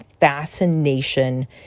fascination